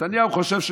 נתניהו חושב שכן.